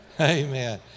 Amen